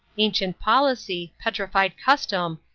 ancient policy, petrified custom,